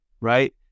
right